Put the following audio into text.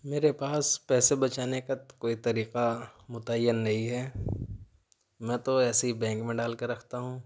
میرے پاس پیسے بچانے کا کوئی طریقہ متعین نہیں ہے میں تو ایسے ہی بینک میں ڈال کے رکھتا ہوں